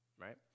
right